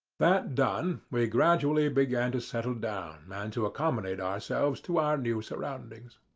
that done, we gradually began to settle down and to accommodate ourselves to our new surroundings.